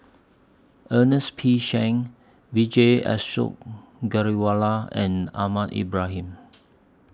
Ernest P Shanks Vijesh Ashok Ghariwala and Ahmad Ibrahim